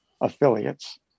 affiliates